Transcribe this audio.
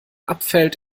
abfällt